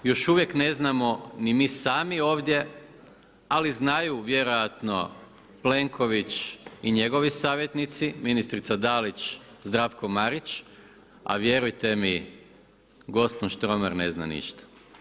Još uvijek ne znamo ni mi sami ovdje ali znaju vjerojatno Plenković i njegovi savjetnici, ministrica Dalić, Zdravko Marić, a vjerujte mi gospon Štromar ne zna ništa.